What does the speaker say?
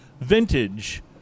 vintage